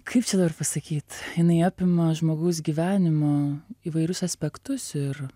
kaip čia dabar pasakyt jinai apima žmogaus gyvenimo įvairius aspektus ir